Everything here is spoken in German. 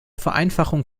vereinfachung